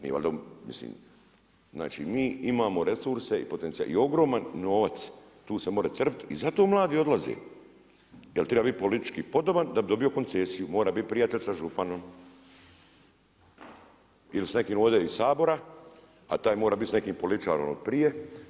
Nije valjda, znači mi imamo resurse i potencijal i ogroman novac, tu se može crpiti i zato mladi odlaze jer treba biti politički podoban da bi dobio koncesiju, mora biti prijatelj sa županom ili s nekim ovdje iz Sabora a taj mora biti s nekim političarem otprije.